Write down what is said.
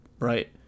right